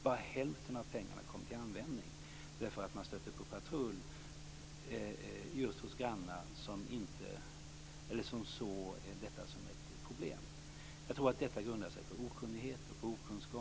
Bara hälften av pengarna kom till användning på grund av att man stötte på patrull just hos grannar som såg detta som ett problem. Jag tror att detta grundar sig på okunnighet och okunskap.